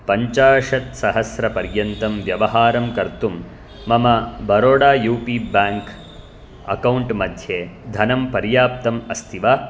पञ्चाशत्सहस्रपर्यन्तं व्यवहारं कर्तुं मम Baroda U P bank account मध्ये पर्याप्तम् अस्ति वा